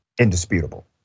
indisputable